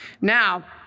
Now